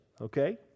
Okay